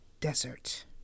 Desert